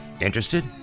interested